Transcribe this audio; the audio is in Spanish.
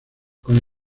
con